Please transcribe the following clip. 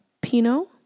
Pinot